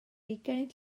ugain